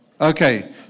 Okay